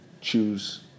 choose